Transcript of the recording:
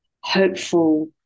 hopeful